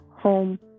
home